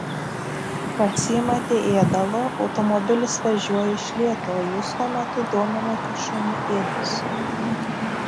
pasiimate ėdalo automobilis važiuoja iš lėto o jūs tuo metu dominate šunį ėdesiu